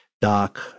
Doc